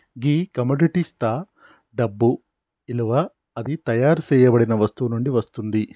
గీ కమొడిటిస్తా డబ్బు ఇలువ అది తయారు సేయబడిన వస్తువు నుండి వస్తుంది